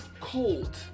Cold